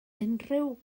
unrhyw